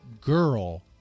girl